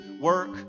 work